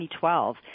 2012